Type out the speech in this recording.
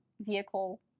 vehicle